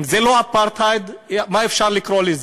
אם זה לא אפרטהייד, איך אפשר לקרוא לזה?